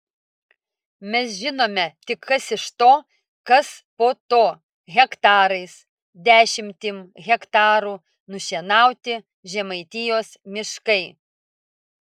mes žinome tik kas iš to kas po to hektarais dešimtim hektarų nušienauti žemaitijos miškai